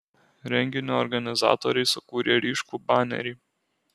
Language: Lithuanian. renginio organizatoriai sukūrė ryškų banerį